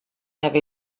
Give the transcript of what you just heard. have